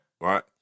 right